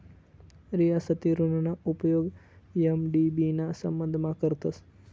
रियासती ऋणना उपेग एम.डी.बी ना संबंधमा करतस